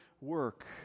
work